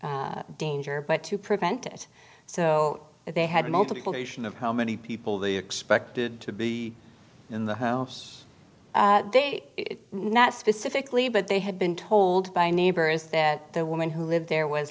danger but to prevent it so they had multiple nation of how many people they expected to be in the house they not specifically but they had been told by neighbors that the woman who lived there was